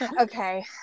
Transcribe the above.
Okay